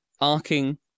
arcing